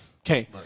Okay